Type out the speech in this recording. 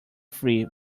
free